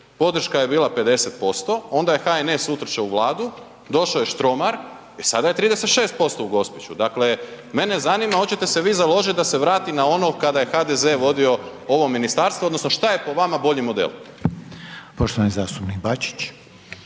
podrška je bila 50%, onda je HNS utrčo u Vladu došo je Štromar, e sada je 36% u Gospiću. Dakle, mene zanima hoćete se vi založit da se vrati na ono kada je HDZ vodio ovo ministarstvo odnosno šta je po vama bolji model?